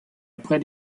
après